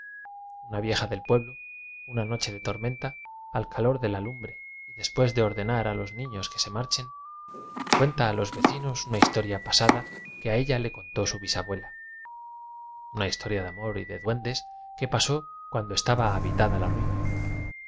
una vieja del pueblo una noche de tormenta al calor de la lumbre y después de ordenar a los niños que se mar chen cuenta a los vecinos una historia pa sada que a ella le contó su bisabuela una historia de amor y de duendes que pasó cuando estaba habitada la ruina